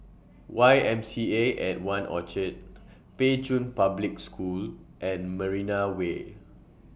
Y M C A At one Orchard Pei Chun Public School and Marina Way